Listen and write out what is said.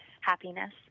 happiness